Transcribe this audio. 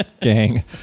gang